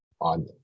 on